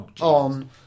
on